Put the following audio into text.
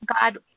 God